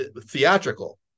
theatrical